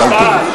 מזל טוב לך.